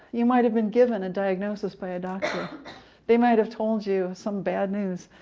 you might have been given a diagnosis by a doctor they might have told you some bad news.